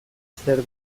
zer